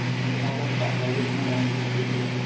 i want to talk about what's going on with this shooting.